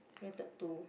wear that to